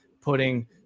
putting